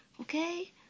okay